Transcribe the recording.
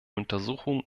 untersuchungen